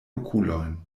okulojn